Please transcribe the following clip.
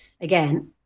again